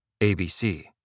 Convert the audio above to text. ABC